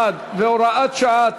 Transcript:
והוראת שעה),